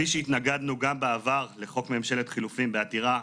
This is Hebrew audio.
כפי שהתנגדנו גם בעבר לחוק ממשלת חילופין בעתירה,